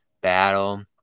battle